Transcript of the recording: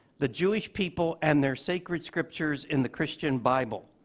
the jewish people and their sacred scriptures in the christian bible.